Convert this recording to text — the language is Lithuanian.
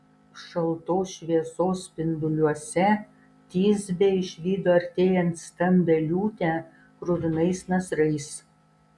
šaltos šviesos spinduliuose tisbė išvydo artėjant stambią liūtę kruvinais nasrais